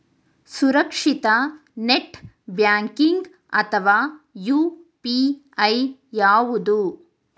ಸುರಕ್ಷಿತ net banking ಅಥವಾ UPI ಯಾವುದು?